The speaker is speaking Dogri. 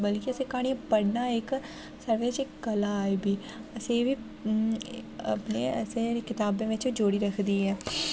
बल्कि असें क्हानियां पढ़ना इक साढ़े च इक कला ऐ एह्बी असें एह्बी असें कताबें बिच जोड़ी रखदी ऐ